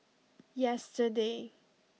yesterday